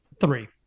Three